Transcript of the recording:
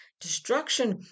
Destruction